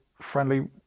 friendly